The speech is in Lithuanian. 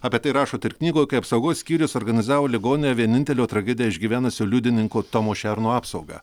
apie tai rašot ir knygoj kai apsaugos skyrius organizavo ligonę vienintelio tragediją išgyvenusio liudininko tomo šerno apsaugą